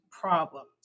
problems